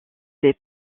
des